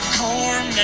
corn